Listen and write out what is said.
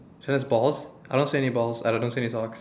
tennis balls I don't see any balls and I don't see any socks